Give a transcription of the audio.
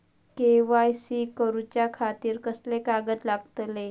KYC करूच्या खातिर कसले कागद लागतले?